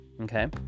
Okay